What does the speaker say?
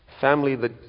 Family